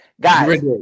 Guys